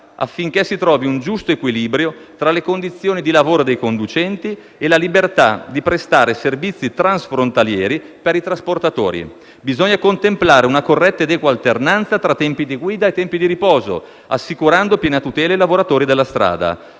affinché si trovi un giusto equilibrio tra le condizioni di lavoro dei conducenti e la libertà di prestare servizi transfrontalieri per i trasportatori. Bisogna contemplare una corretta ed equa alternanza tra tempi di guida e tempi di riposo, assicurando piena tutela ai lavoratori della strada.